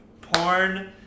porn